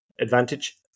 advantage